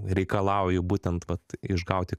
reikalauju būtent vat išgauti